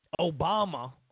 Obama